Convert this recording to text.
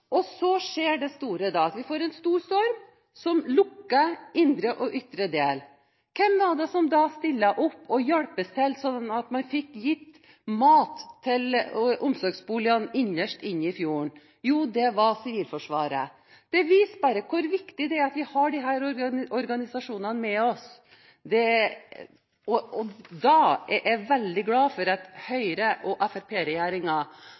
Og så skjer det store: Vi får en stor storm, som skiller indre og ytre del. Hvem var det som da stilte opp og hjalp til slik at man fikk gitt mat til omsorgsboligene innerst inne i fjorden? Jo, det var Sivilforsvaret. Det viser bare hvor viktig at vi har disse organisasjonene med oss. Jeg er veldig glad for at